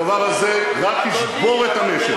הדבר הזה רק ישבור את המשק.